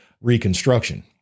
Reconstruction